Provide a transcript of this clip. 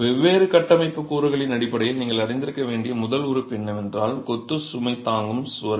வெவ்வேறு கட்டமைப்பு கூறுகளின் அடிப்படையில் நீங்கள் அறிந்திருக்க வேண்டிய முதல் உறுப்பு என்னவென்றால் கொத்து சுமை தாங்கும் சுவர்கள்